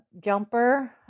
jumper